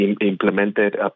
implemented